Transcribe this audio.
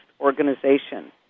organization